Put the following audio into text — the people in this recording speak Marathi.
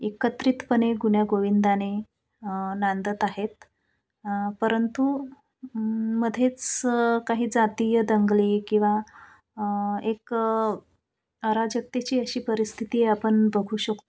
एकत्रितपणे गुण्यागोविंदाने नांदत आहेत परंतु मध्येच काही जातीय दंगली किंवा एक अराजकतेची अशी परिस्थिती आपण बघू शकतो